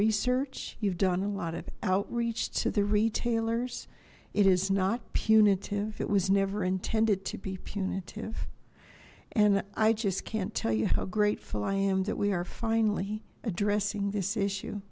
research you've done a lot of outreach to the retailers it is not punitive it was never intended to be punitive and i just can't tell you how grateful i am that we are finally addressing this issue